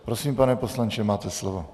Prosím, pane poslanče, máte slovo.